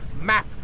map